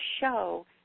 show